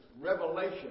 revelation